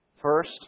First